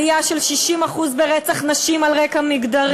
עלייה של 60% ברצח נשים על רקע מגדרי.